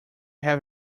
have